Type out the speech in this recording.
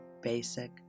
basic